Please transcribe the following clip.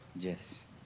Yes